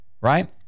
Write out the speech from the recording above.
right